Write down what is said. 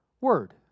word